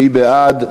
מי בעד?